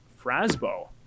Frasbo